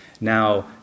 Now